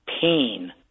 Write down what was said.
pain